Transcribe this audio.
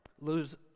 lose